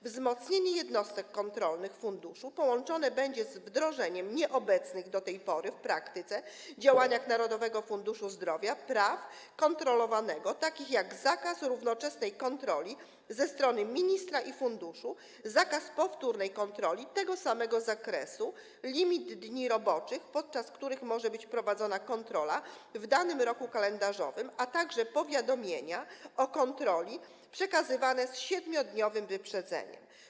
Wzmocnienie jednostek kontrolnych funduszu połączone będzie z wdrożeniem nieobecnych do tej pory w praktyce działania Narodowego Funduszu Zdrowia praw kontrolowanego, takich jak: zakaz równoczesnej kontroli ze strony ministra i funduszu, zakaz powtórnej kontroli tego samego zakresu, limit dni roboczych, podczas których może być prowadzona kontrola w danym roku kalendarzowym, a także powiadomienia o kontroli przekazywane z 7-dniowym wyprzedzeniem.